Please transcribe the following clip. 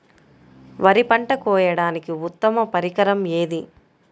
వరి పంట కోయడానికి ఉత్తమ పరికరం ఏది?